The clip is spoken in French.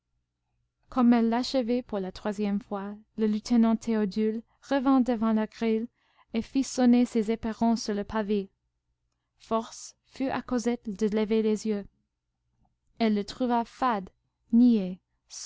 comme elle l'achevait pour la troisième fois le lieutenant théodule revint devant la grille et fit sonner ses éperons sur le pavé force fut à cosette de lever les yeux elle le trouva fade niais